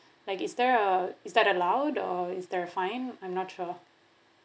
like is there a is that allowed or is there a fine I'm not sure